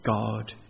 God